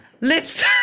Lips